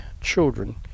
children